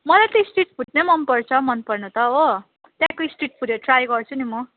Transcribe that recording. मलाई त street food नै मन पर्छ मन पर्नु त हो त्यहाँको स्ट्रिट फुडहरू ट्राई गर्छु नि म